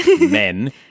men